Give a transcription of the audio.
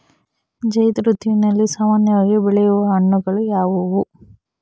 ಝೈಧ್ ಋತುವಿನಲ್ಲಿ ಸಾಮಾನ್ಯವಾಗಿ ಬೆಳೆಯುವ ಹಣ್ಣುಗಳು ಯಾವುವು?